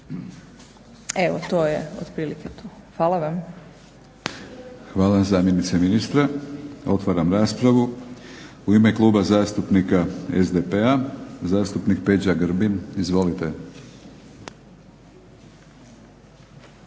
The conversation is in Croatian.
Evo, to je otprilike to. Hvala vam. **Batinić, Milorad (HNS)** Hvala zamjenici ministra. Otvaram raspravu. U ime Kluba zastupnika SDP-a zastupnik Peđa Grbin. Izvolite.